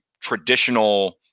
traditional